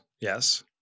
yes